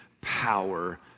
power